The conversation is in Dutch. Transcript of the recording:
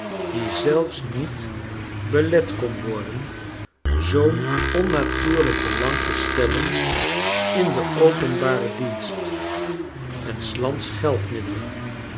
die zelfs niet belet kon worden zoo'n onnatuurlijk belang te stellen in den openbaren dienst en s lands